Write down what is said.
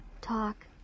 talk